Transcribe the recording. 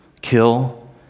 kill